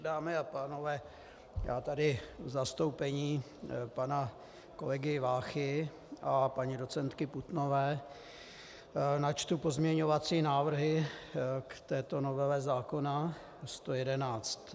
Dámy a pánové, já tady v zastoupení pana kolegy Váchy a paní docentky Putnové načtu pozměňovací návrhy k této novele zákona 111.